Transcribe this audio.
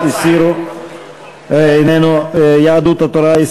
עידוד תיירות פנים,